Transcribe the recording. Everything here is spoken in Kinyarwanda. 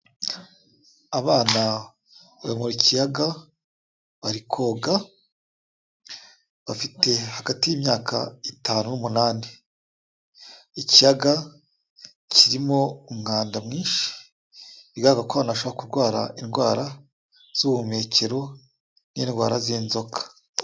Abana bari mu kiyaga bari koga, bafite hagati y'imyaka itanu n'umunani, ikiyaga kirimo umwanda mwinshi, bigaragara ko abo bana bashobora kurwara indwara z'ubuhumekero n'indwara z'inzoka.